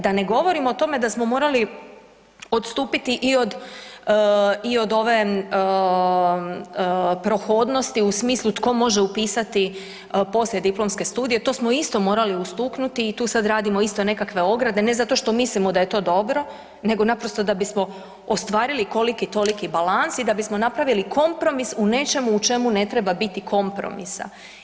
Da ne govorim o tome da smo morali odstupiti i od ove prohodnosti u smislu tko može upisati poslijediplomske studije, to smo isto morali ustuknuti i tu sad radimo isto nekakve ograde, ne zato što mislimo da je to dobro nego naprosto da bi smo ostvarili koliki-toliki balans i da bismo napravili kompromis u nečemu u čemu ne treba biti kompromisa.